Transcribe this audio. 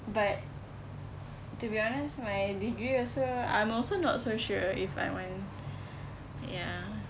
but to be honest my degree also I'm also not so sure if I want ya